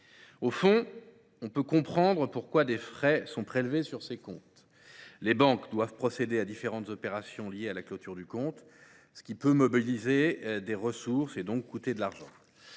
Au fond, on peut comprendre pourquoi des frais sont prélevés sur ces comptes : les banques doivent procéder à différentes opérations liées à leur clôture, ce qui peut mobiliser des ressources et donc coûter de l’argent.